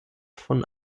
von